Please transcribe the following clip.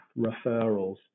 referrals